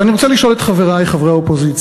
ואני רוצה לשאול את חברי חברי האופוזיציה: